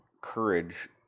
courage